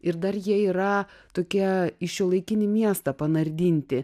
ir dar jie yra tokie į šiuolaikinį miestą panardinti